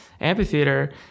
amphitheater